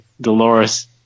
Dolores